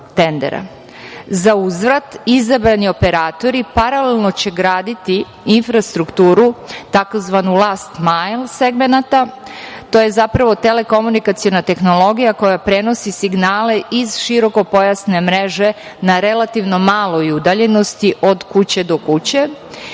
Za uzvrat izabrani operatori paralelno će graditi infrastrukturu tzv. last majls segmenata. To je zapravo telekomunikaciona tehnologija koja prenosi signale iz širokopojasne mreže na relativno maloj udaljenosti od kuće do kuće